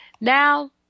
Now